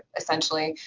essentially,